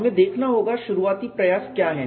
हमें देखना होगा शुरुआती प्रयास क्या हैं